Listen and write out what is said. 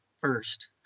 first